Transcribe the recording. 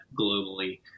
globally